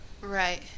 right